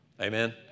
Amen